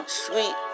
sweet